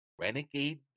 Renegade